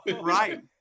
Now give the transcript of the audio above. Right